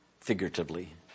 figuratively